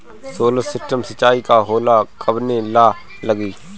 Solar system सिचाई का होला कवने ला लागी?